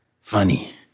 Funny